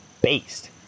based